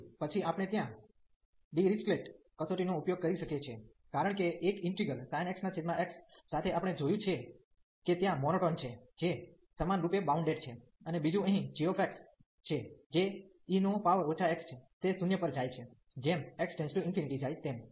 તેથી પછી આપણે ત્યાં ડિરીક્લેટ કસોટી નો ઉપયોગ કરી શકીએ છીએ કારણ કે એક ઈન્ટિગ્રલ sin x x સાથે આપણે જોયું છે કે ત્યાં મોનોટોન છે જે સમાનરૂપે બાઉન્ડેડ છે અને બીજું અહીં g છે જે e x છે તે 0 પર જાય છે જેમ x →∞ જાય તેમ